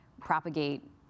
propagate